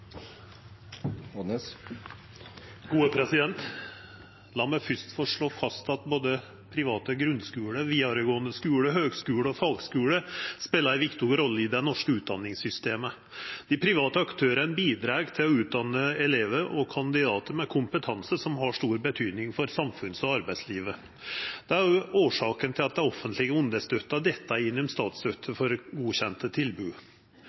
meg fyrst få slå fast at både private grunnskular, vidaregåande skular, høgskular og fagskular spelar ei viktig rolle i det norske utdanningssystemet. Dei private aktørane bidreg til å utdanne elevar og kandidatar med kompetanse som har stor betyding for samfunns- og arbeidslivet. Det er årsaka til at det offentlege understøttar dette gjennom statsstøtte for godkjente tilbod.